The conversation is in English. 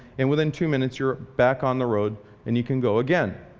and within two minutes you're back on the road and you can go again.